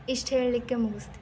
ಇಷ್ಟು ಹೇಳಲಿಕ್ಕೆ ಮುಗಿಸ್ತೀನಿ